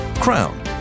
Crown